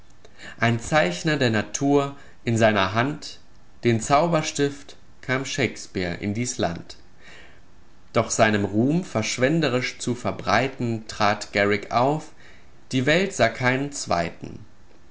ein zeichner der natur in seiner hand den zauberstift kam shakespeare in dies land doch seinen ruhm verschwenderisch zu verbreiten trat garrick auf die welt sah keinen zweiten